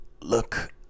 Look